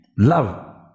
Love